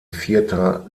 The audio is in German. vierter